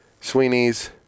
Sweeney's